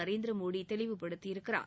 Narendra Modi தெளிவுபடுத்தியிருக்கிறார்